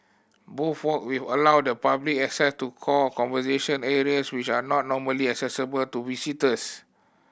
both walk will allow the public access to core conservation areas which are not normally accessible to visitors